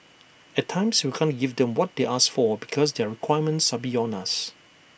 at times we can't give them what they ask for because their requirements are beyond us